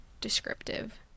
descriptive